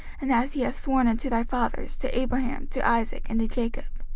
and as he hath sworn unto thy fathers, to abraham, to isaac, and to jacob.